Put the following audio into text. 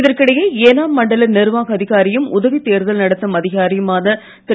இதற்கிடையே ஏனாம் மண்டல நிர்வாக அதிகாரியும் உதவி தேர்தல் நடத்தும் அதிகாரியுமான திரு